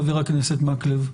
חבר הכנסת מקלב.